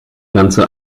ganze